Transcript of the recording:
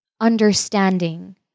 understanding